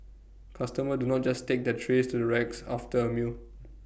customers do not just take their trays to the racks after A meal